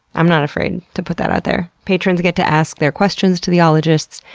i'm not afraid to put that out there. patrons get to ask their questions to the ologists,